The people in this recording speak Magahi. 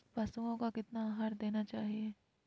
पशुओं को कितना आहार देना चाहि?